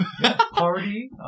Party